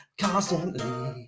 constantly